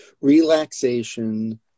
relaxation